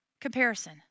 Comparison